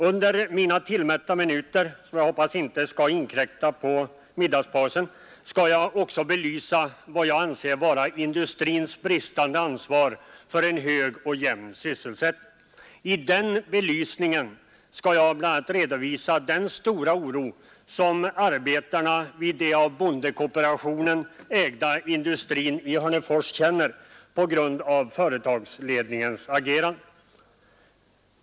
Under mina tillmätta minuter, som jag hoppas inte skall inkräkta på middagspausen, skall jag också belysa vad jag anser vara industrins bristande ansvar för en hög och jämn sysselsättning. I den belysningen skall jag bl.a. redovisa den stora oro arbetarna vid den av bondekooperationen ägda industrin i Hörnefors känner på grund av företagsledningens agerande.